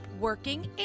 working